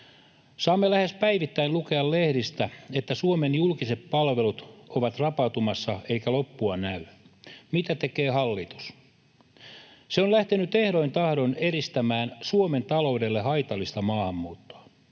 Saamme lähes päivittäin lukea lehdistä, että Suomen julkiset palvelut ovat rapautumassa, eikä loppua näy. Mitä tekee hallitus? Se on lähtenyt ehdoin tahdoin edistämään Suomen taloudelle haitallista maahanmuuttoa.